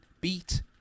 beat